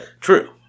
True